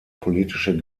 politische